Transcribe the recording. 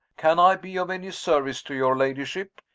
can i be of any service to your ladyship?